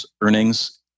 earnings